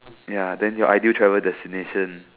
ya then your ideal travel destination